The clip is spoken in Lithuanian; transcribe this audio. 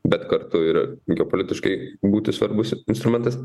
bet kartu ir geopolitiškai būti svarbus instrumentas